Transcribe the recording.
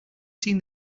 seen